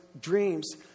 dreams